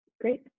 Great